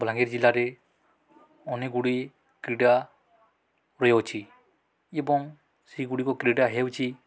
ବଲାଙ୍ଗୀର ଜିଲ୍ଲାରେ ଅନେକ ଗୁଡ଼ିଏ କ୍ରୀଡ଼ା ରହିଛି ଏବଂ ସେଗୁଡ଼ିକ କ୍ରୀଡ଼ା ହେଉଛିି